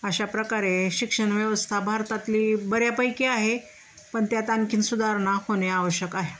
अशा प्रकारे शिक्षण व्यवस्था भारतातली बऱ्यापैकी आहे पण त्यात आणखी सुधारणा होणे आवश्यक आहे